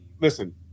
listen